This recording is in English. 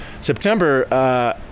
September